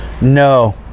No